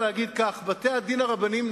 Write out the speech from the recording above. שבתי-הדין הרבניים,